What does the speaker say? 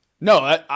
No